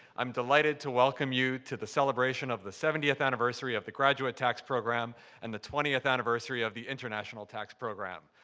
i'm delighted to welcome you to the celebration of the seventieth anniversary of the graduate tax program and the twentieth anniversary of the international tax program.